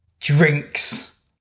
drinks